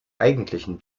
eigentlichen